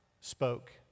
spoke